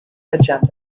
agenda